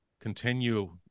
continue